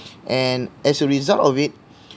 and as a result of it